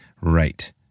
right